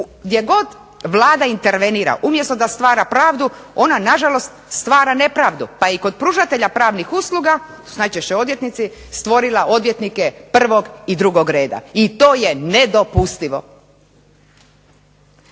gdje god Vlada intervenira umjesto da stvara pravdu ona nažalost stvara nepravdu. Pa je i kod pružatelja pravnih usluga, a to su najčešće odvjetnici, stvorila odvjetnike prvog i drugog reda. I to je nedopustivo!